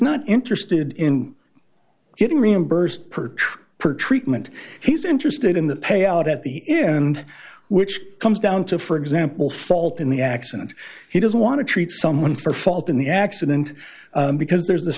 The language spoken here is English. not interested in getting reimbursed per trip for treatment he's interested in the payout at the end which comes down to for example fault in the accident he doesn't want to treat someone for fault in the accident because there's this